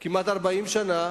כמעט 40 שנה,